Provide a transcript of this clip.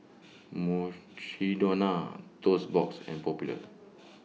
Mukshidonna Toast Box and Popular